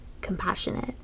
compassionate